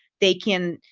they can,